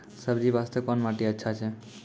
सब्जी बास्ते कोन माटी अचछा छै?